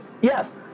Yes